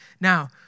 Now